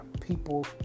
people